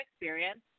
experience